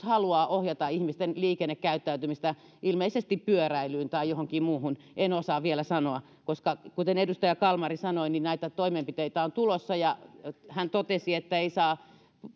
haluaa ohjata ihmisten liikennekäyttäytymistä ilmeisesti pyöräilyyn tai johonkin muuhun en osaa vielä sanoa mihin koska kuten edustaja kalmari sanoi niin näitä toimenpiteitä on tulossa hän totesi että ei saa